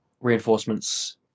reinforcements